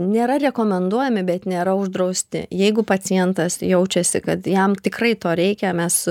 nėra rekomenduojami bet nėra uždrausti jeigu pacientas jaučiasi kad jam tikrai to reikia mes